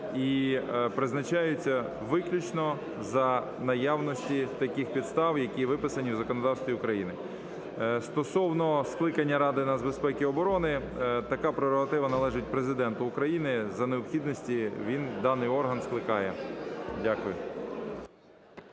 і призначаються виключно за наявності таких підстав, які виписані в законодавстві України. Стосовно скликання Ради нацбезпеки і оборони така прерогатива належить Президенту України. За необхідності він даний орган скликає. Дякую.